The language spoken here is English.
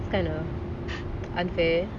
that's kind of unfair